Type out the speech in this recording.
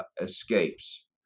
escapes